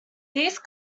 these